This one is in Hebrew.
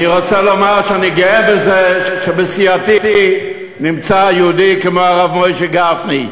אני רוצה לומר שאני גאה בזה שבסיעתי נמצא יהודי כמו הרב מוישה גפני.